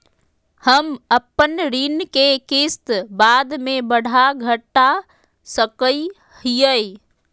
हम अपन ऋण के किस्त बाद में बढ़ा घटा सकई हियइ?